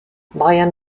brian